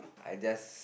I just